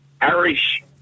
Irish